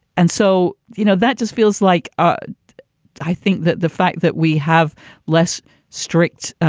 and so, you know, that just feels like. ah i think that the fact that we have less strict,